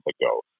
ago